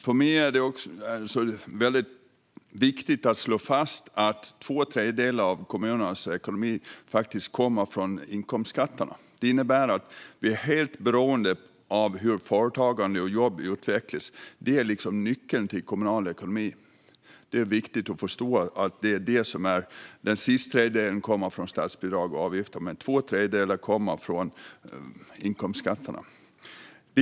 För mig är det viktigt att slå fast att två tredjedelar av kommunernas ekonomi kommer från inkomstskatterna. Detta innebär att vi är helt beroende av hur företagande och jobb utvecklas. Det är nyckeln till kommunal ekonomi. Det är viktigt att förstå att den sista tredjedelen kommer från statsbidrag och avgifter men att två tredjedelar kommer från inkomstskatterna.